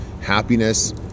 happiness